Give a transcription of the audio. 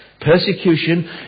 persecution